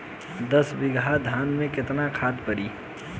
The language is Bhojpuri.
दस बिघा धान मे केतना खाद परी?